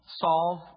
Solve